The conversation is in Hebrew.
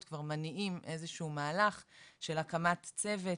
כבר מניעים איזה שהוא מהלך של הקמת צוות,